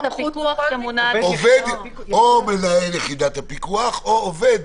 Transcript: או מנהל יחידת הפיקוח או עובד,